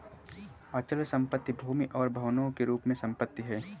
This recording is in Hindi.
अचल संपत्ति भूमि और भवनों के रूप में संपत्ति है